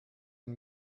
ein